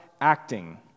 acting